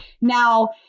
Now